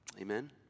Amen